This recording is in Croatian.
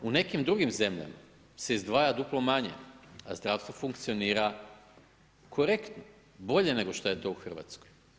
U nekim drugim zemljama se izdvaja duplo manje, a zdravstvo funkcionira korektno, bolje nego šta je to u Hrvatskoj.